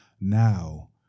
Now